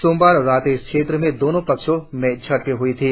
सोमवार रात इस क्षेत्र में दोनों पक्षों में झड़प ह्ई थी